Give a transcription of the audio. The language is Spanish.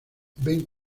ben